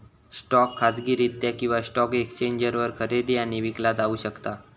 stock खाजगीरित्या किंवा stock एक्सचेंजवर खरेदी आणि विकला जाऊ शकता